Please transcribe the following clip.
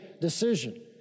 decision